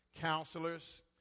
counselors